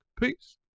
Peace